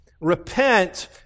repent